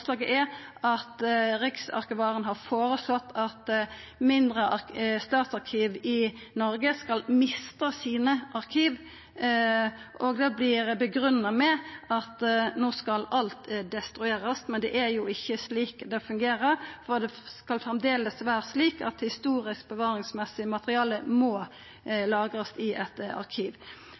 forslaget er at Riksarkivaren har føreslått at mindre statsarkiv i Noreg skal mista arkiva sine, og det vert grunngitt med at no skal alt destruerast. Men det er jo ikkje slik det fungerer, for det skal framleis vera slik at historisk bevaringsverdig materiale må lagrast i eit arkiv.